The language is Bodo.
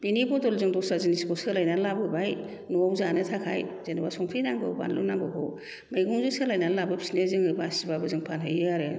बेनि बदल जों दस्रा जिनिसखौ सोलायनानै लाबोबाय नआव जानो थाखाय जेन'बा संख्रि नांगौ बानलु नांगौखौ मैगंजों सोलायना लाबोफिनो जोङो बासिबाबो जों फानहैयो आरो